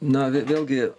na vė vėlgi